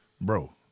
Bro